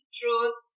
truth